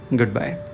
goodbye